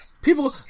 People